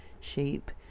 shape